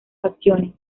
acciones